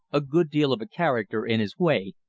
a good deal of a character in his way,